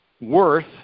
worth